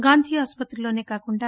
గాంధీ ఆసుపత్రిలోనే కాకుండా